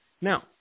Now